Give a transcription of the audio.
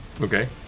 Okay